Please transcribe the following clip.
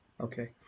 Okay